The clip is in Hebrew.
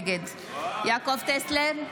נגד יעקב טסלר,